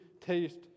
taste